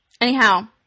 Anyhow